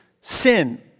sin